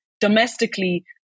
domestically